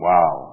Wow